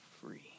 free